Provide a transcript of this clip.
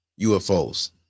UFOs